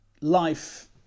life